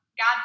God